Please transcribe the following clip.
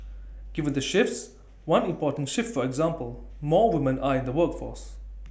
given the shifts one important shift for example more women are in the workforce